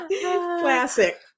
Classic